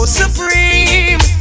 supreme